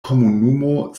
komunumo